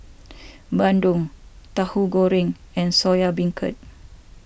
Bandung Tauhu Goreng and Soya Beancurd